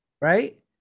right